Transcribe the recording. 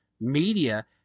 media